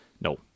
No